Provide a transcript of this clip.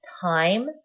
time